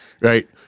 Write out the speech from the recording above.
right